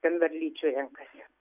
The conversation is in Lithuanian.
ten varlyčių renkasi